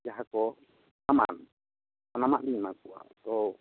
ᱡᱟᱦᱟᱸ ᱠᱚ ᱥᱟᱢᱟᱱ ᱥᱟᱱᱟᱢᱟᱜ ᱞᱤᱧ ᱮᱢᱟ ᱠᱚᱣᱟ ᱛᱳ